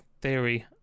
theory